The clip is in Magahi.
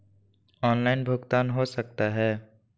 ऑनलाइन भुगतान हो सकता है?